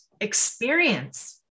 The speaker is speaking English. experience